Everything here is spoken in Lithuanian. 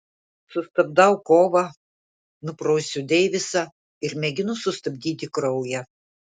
sustabdau kovą nuprausiu deivisą ir mėginu sustabdyti kraują